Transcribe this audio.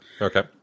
Okay